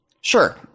Sure